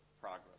progress